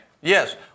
Yes